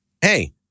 Hey